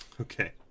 Okay